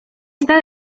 esta